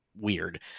weird